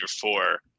four